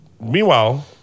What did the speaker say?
Meanwhile